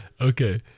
Okay